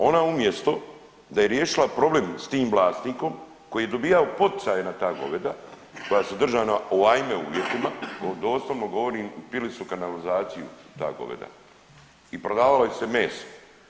Ona umjesto da je riješila problem s tim vlasnikom koji je dobijao poticaje na ta goveda koja su držana o ajme uvjetima, doslovno govorim pili su kanalizaciju ta goveda i prodavalo ih se meso.